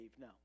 No